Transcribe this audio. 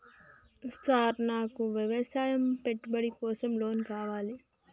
Sir నాకు వ్యవసాయ పెట్టుబడి కోసం లోన్ కావాలి?